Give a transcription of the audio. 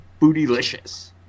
bootylicious